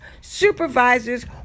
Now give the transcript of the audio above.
supervisors